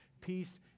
peace